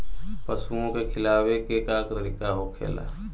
पशुओं के खिलावे के का तरीका होखेला?